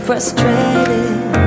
Frustrated